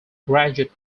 graduate